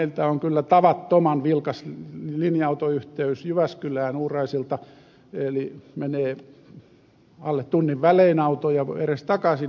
meiltä on kyllä tavattoman vilkas linja autoyhteys jyväskylään uuraisilta eli menee alle tunnin välein autoja edestakaisin